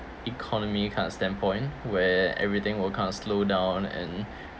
economy kind of standpoint where everything will kind of slow down and